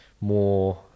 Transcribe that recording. more